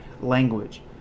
language